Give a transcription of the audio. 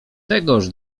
tegoż